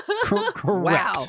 correct